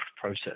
process